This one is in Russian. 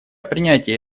принятие